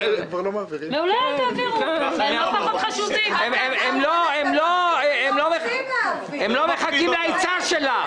הם לא מחכים לעצה שלך.